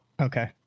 okay